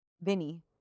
Vinny